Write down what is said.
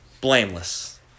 Blameless